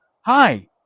hi